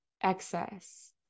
excess